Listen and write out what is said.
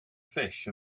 fish